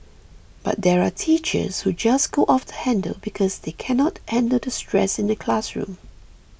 but there are teachers who just go off the handle because they can not handle the stress in the classroom